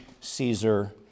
Caesar